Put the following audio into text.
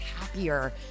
happier